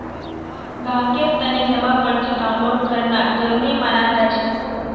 ग्राहकेर तने जमा पर्ची डाउनलोड करवा जरूरी मनाल जाछेक